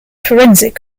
forensic